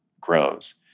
grows